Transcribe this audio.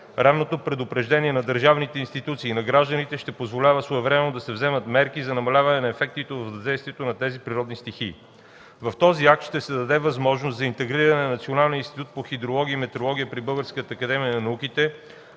Ранното предупреждение на държавните институции и на гражданите ще позволява своевременно да се вземат мерки за намаляване на ефектите от въздействието на тези природни стихии. С този акт ще се даде възможност за интегриране на Националния институт по хидрология и метеорология при Българската академия на науките